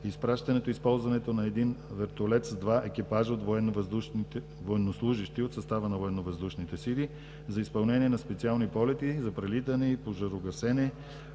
изпращането и използването на един вертолет с два екипажа военнослужещи от състава на Военновъздушните сили за изпълнение на специални полети за прелитане и пожарогасене